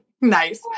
Nice